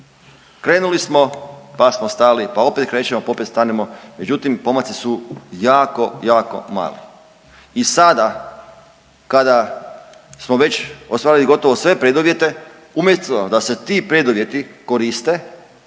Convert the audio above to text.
krenuli smo, pa smo stali, pa opet krećemo, pa opet stanemo, međutim pomaci su jako, jako mali. I sada kada smo već ostvarili gotovo sve preduvjete umjesto da se ti preduvjeti koriste